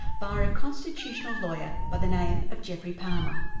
via a constitutional lawyer by the name of jeffrey palmer.